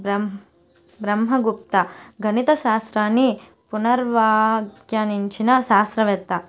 బ్రహ్ బ్రహ్మగుప్త గణిత శాస్త్రాన్ని పునర్వ్యాఖ్యానించిన శాస్త్రవేత్త